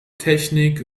technik